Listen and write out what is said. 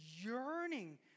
yearning